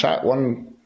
one